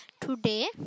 Today